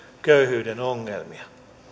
köyhyyden ongelmia